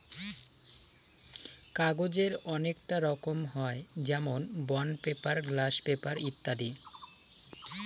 কাগজের অনেককটা রকম হয় যেমন বন্ড পেপার, গ্লাস পেপার ইত্যাদি